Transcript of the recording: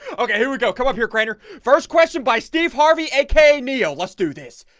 okay, here we go come up here crainer first question by steve harvey aka neo, let's do this.